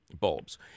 bulbs